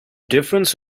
difference